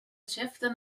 käften